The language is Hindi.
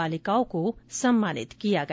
बालिकाओं को सम्मानित भी किया गया